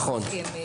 נכון.